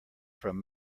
from